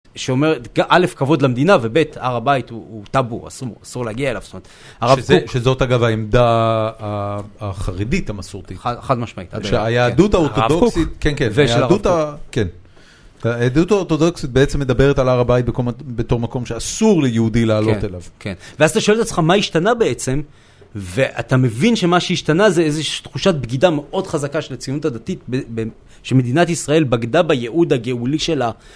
שאומר, א', כבוד למדינה, וב', הר הבית הוא טאבו, אסור להגיע אליו, זאת אומרת... שזאת, אגב, העמדה החרדית המסורתית. חד משמעית. שהיהדות האורתודוקסית, כן, כן. והיהדות האורתודוקסית בעצם מדברת על הר הבית בתור מקום שאסור ליהודי לעלות אליו. כן, ואז אתה שואל את עצמך, מה השתנה בעצם, ואתה מבין שמה שהשתנה זה איזושהי תחושת בגידה מאוד חזקה של הציונות הדתית, שמדינת ישראל בגדה בייעוד הגאולי שלה.